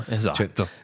esatto